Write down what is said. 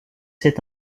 cet